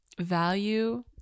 value